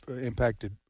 impacted